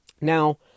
Now